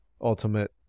ultimate